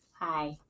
Hi